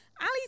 Ali